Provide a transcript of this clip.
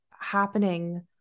happening